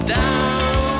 down